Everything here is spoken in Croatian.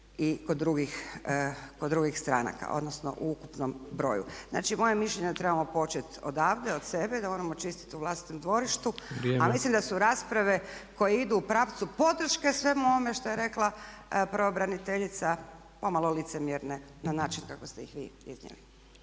i kod drugih stranaka odnosno u ukupnom broju. Znači moje mišljenje je da trebamo početi odavde, od sebe i da moramo čistiti u vlastitom dvorištu a mislim da su rasprave koje idu u pravcu podrške svemu ovome što je rekla pravobraniteljica pomalo licemjerne na način kako ste ih vi iznijeli.